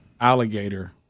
alligator